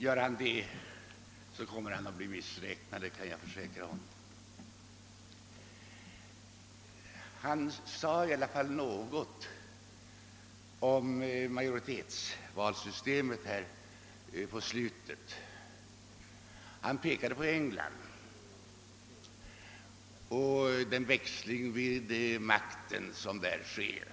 Gör han det, kommer han att bli missräknad — det kan jag försäkra honom. Han sade i slutet av sitt senaste anförande en del om majoritetsvalsystemet och pekade bl.a. på de engelska förhållandena med den växling vid makten som där förekommer.